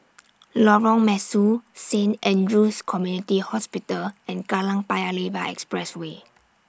Lorong Mesu Saint Andrew's Community Hospital and Kallang Paya Lebar Expressway